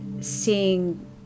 seeing